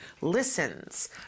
listens